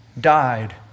died